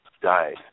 died